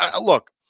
Look